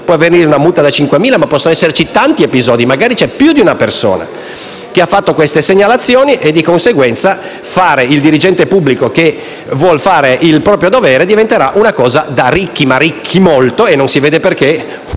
può venire una multa da 5.000 euro, ma possono esserci tanti episodi e magari c'è più di una persona che ha fatto queste segnalazioni; di conseguenza, fare il dirigente pubblico che cerca di fare il proprio dovere diventerà una cosa da ricchi, ma molto ricchi, e non si vede perché